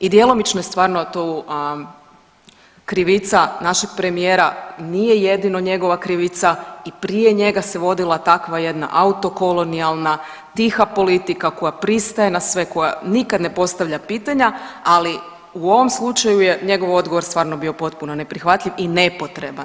I djelomično je stvarno tu krivica našeg premijera, nije jedino njegova krivica i prije njega se vodila takva jedna autokolonijalna tiha politika koja pristaje na sve, koja nikad ne postavlja pitanja, ali u ovom slučaju je njegov odgovor stvarno bio potpuno neprihvatljiv i nepotreban.